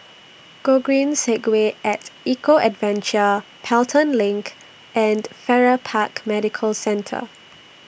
Gogreen Segway At Eco Adventure Pelton LINK and Farrer Park Medical Centre